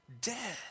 Dead